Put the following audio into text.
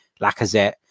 Lacazette